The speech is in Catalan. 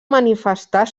manifestar